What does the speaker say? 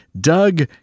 Doug